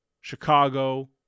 Chicago